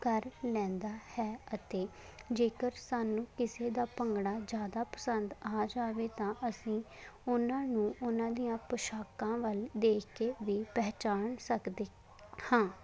ਕਰ ਲੈਂਦਾ ਹੈ ਜੇਕਰ ਸਾਨੂੰ ਕਿਸੇ ਦਾ ਭੰਗੜਾ ਜ਼ਿਆਦਾ ਪਸੰਦ ਆ ਜਾਵੇ ਤਾਂ ਅਸੀਂ ਉਹਨਾਂ ਨੂੰ ਉਹਨਾਂ ਦੀਆਂ ਪੋਸ਼ਾਕਾਂ ਵੱਲ ਦੇਖ ਕੇ ਵੀ ਪਹਿਚਾਣ ਸਕਦੇ ਹਾਂ